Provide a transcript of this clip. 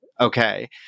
Okay